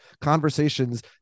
conversations